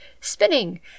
spinning